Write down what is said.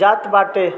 जात बाटे